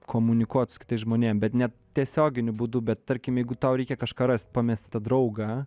komunikuot su kitais žmonėm bet ne tiesioginiu būdu bet tarkim jeigu tau reikia kažką rast pamestą draugą